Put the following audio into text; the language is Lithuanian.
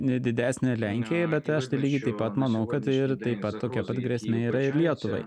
nedidesnė lenkijoj bet aš tai lygiai taip pat manau kad ir taip pat tokia pat grėsmė yra ir lietuvai